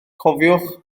cofiwch